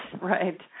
right